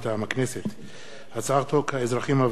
הצעת חוק האזרחים הוותיקים (תיקון מס' 12)